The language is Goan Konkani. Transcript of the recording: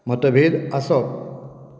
मतभेद आसप